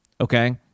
okay